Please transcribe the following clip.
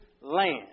land